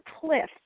cliff